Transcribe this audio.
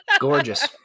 Gorgeous